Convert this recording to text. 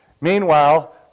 Meanwhile